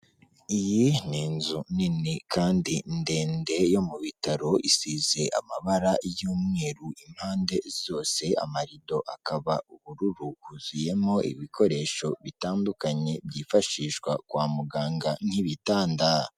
Iyi ni inzu nini kandi ndende yo mu bitaro isize amabara y'umweru impande zose, amarido akaba ubururu, huzuyemo ibikoresho bitandukanye byifashishwa kwa muganga nk'ibitanda.